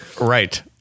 right